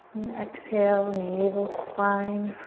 and exhale, navel to spine.